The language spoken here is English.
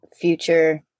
future